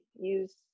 use